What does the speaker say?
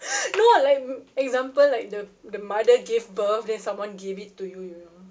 no like m~ example like the the mother gave birth then someone give it to you you know